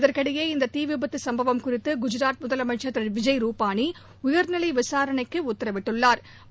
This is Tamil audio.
இதற்கிடையே இந்த தீ விபத்து சும்பவம் குறித்து குஜராத் முதலமைச்சர் திரு விஜய் ரூபானி உயா்நிலை விசாரணைக்கு உத்தரவிட்டுள்ளாா்